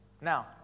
Now